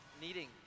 Needing